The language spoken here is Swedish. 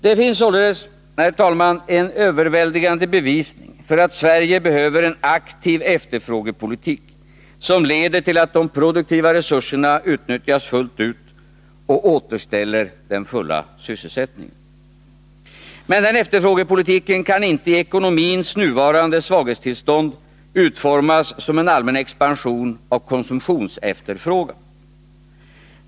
Det finns således, herr talman, en överväldigande bevisning för att Sverige behöver en aktiv efterfrågepolitik, som leder till att de produktiva resurserna utnyttjas fullt ut och återställer den fulla sysselsättningen. Men denna efterfrågepolitik kan inte i ekonomins nuvarande svaghetstillstånd utformas som en allmän expansion av konsumtionsefterfrågan.